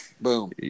Boom